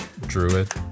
Druid